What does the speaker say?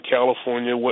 California